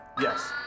Yes